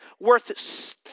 worth